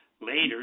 later